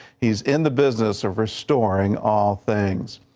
he is in the business of restoring all things.